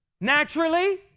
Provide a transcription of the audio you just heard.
Naturally